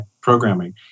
programming